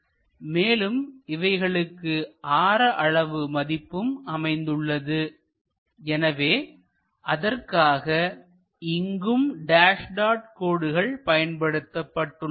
மேலும் இவைகளுக்கு ஆர அளவு மதிப்பும் அமைந்துள்ளது எனவே அதற்காக இங்கும் டேஸ் டாட் கோடுகள் பயன்படுத்தப்பட்டுள்ளன